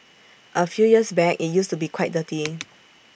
A few years back IT used to be quite dirty